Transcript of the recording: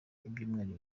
ibyumweru